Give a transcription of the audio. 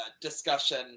discussion